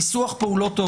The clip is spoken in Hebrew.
הניסוח כאן הוא לא טוב,